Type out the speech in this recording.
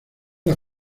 las